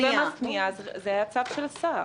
זה הצו של השר.